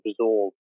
absorb